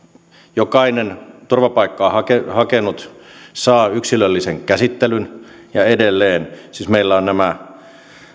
jokainen turvapaikkaa hakenut saa yksilöllisen käsittelyn ja edelleen siis meillä on